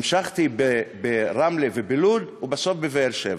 המשכתי ברמלה ובלוד, ובסוף בבאר-שבע.